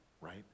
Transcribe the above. right